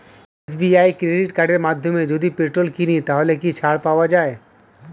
SBI credit কার্ডের মাধ্যমে যদি পেট্রোল কিনি তাহলে কি ছাড় পাওয়া যায়?